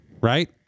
right